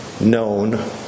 known